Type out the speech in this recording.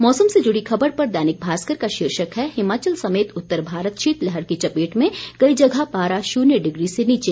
मौसम से जुड़ी खबर पर दैनिक भास्कर का शीर्षक है हिमाचल समेत उत्तर भारत शीत लहर की चपेट में कई जगह पारा शून्य डिग्री से नीचे